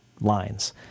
lines